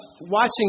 watching